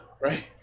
Right